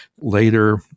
Later